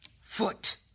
foot